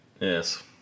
Yes